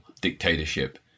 dictatorship